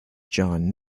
john